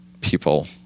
people